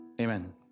Amen